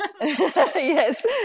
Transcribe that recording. Yes